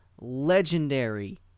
legendary